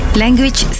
language